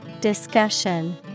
Discussion